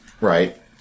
Right